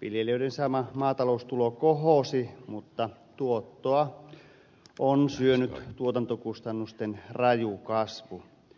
viljelijöiden saama maataloustulo kohosi mutta tuottoa on syönyt tuotantokustannusten raju kasvu